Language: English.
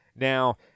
Now